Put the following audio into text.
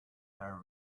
her